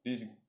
it's